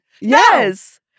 Yes